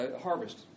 harvest